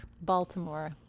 baltimore